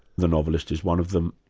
the novelist, is one of them,